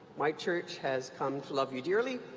my church has come to love you dearly,